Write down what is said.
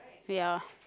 ya